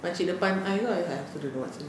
makcik depan I itu I I also don't know what is her name